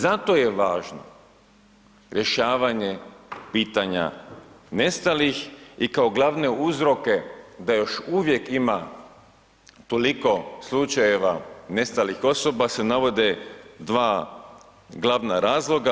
Zato je i zato je važno rješavanje pitanja nestalih i kao glavne uzroke da još uvijek ima toliko slučajeva nestalih osoba se navode dva glavna razloga.